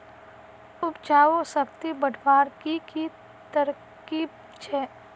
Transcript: उपजाऊ शक्ति बढ़वार की की तरकीब छे?